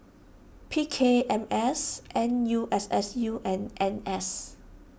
P K M S N U S S U and N S